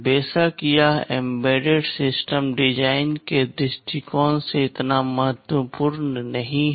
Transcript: बेशक यह embedded system design के दृष्टिकोण से इतना महत्वपूर्ण नहीं है